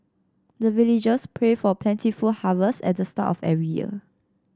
the villagers pray for plentiful harvest at the start of every year